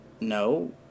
No